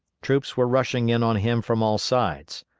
troops were rushing in on him from all sides.